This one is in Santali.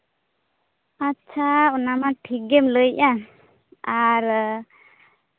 ᱟᱪᱪᱷᱟ ᱚᱱᱟ ᱴᱷᱤᱠ ᱜᱮᱢ ᱞᱟᱹᱭᱮᱫᱼᱟ ᱟᱨ